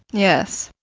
yes.